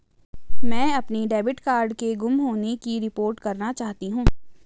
मैं अपने debit card के गुम होने की रिपोर्ट करना चाहती हूँ